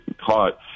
caught